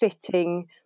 fitting